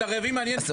את הרעבים מעניין כסף,